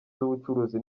z’ubucuruzi